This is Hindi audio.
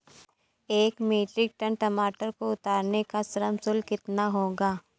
एक मीट्रिक टन टमाटर को उतारने का श्रम शुल्क कितना होगा?